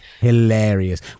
Hilarious